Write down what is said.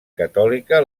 catòlica